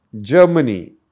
Germany